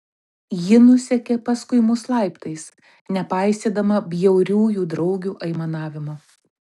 ji nusekė paskui mus laiptais nepaisydama bjauriųjų draugių aimanavimo